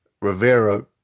rivera